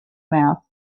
mouth